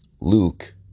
Luke